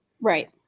Right